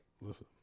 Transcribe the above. Listen